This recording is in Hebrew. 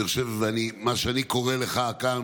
אני קורא לך כאן,